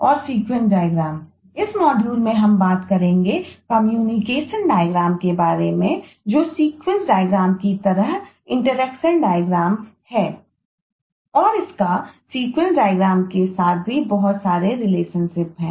और इसका sequence diagram है